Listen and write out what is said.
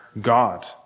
God